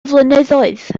flynyddoedd